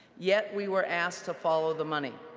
yeah we were asked to follow the money.